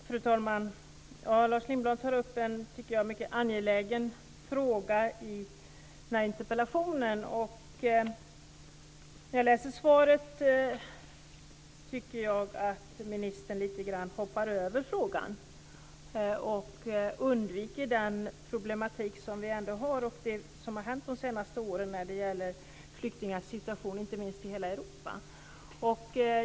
Fru talman! Lars Lindblad tar i sin interpellation upp en mycket angelägen fråga. När jag läser svaret tycker jag att ministern lite grann hoppar över frågan och undviker den problematik vi ändå har och det som har hänt de senaste åren när det gäller flyktingars situation inte minst i hela Europa.